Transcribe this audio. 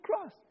cross